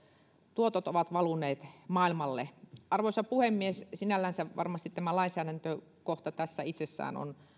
tuotot ovat valuneet maailmalle arvoisa puhemies sinällänsä varmasti tämä lainsäädäntökohta tässä itsessään on